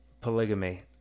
polygamy